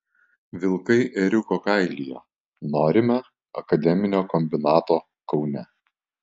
vilkai ėriuko kailyje norime akademinio kombinato kaune